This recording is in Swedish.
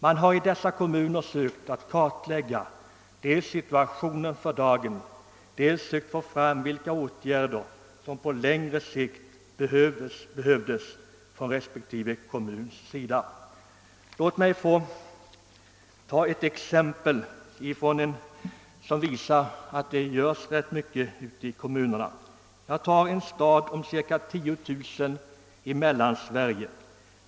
Man har i dessa kommuner dels sökt kartlägga situationen för dagen, dels sökt få fram vilka åtgärder som på längre sikt behövs från respektive kommuns sida. Låt mig få ta ett exempel som visar att det görs rätt mycket ute i kommunerna! Det gäller en stad om cirka 10000 invånare i Mellansverige.